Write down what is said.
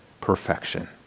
perfection